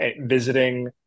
visiting